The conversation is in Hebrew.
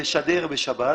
לשדר בשבת,